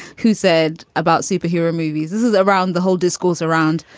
who said about superhero movies, this is around the whole discourse around.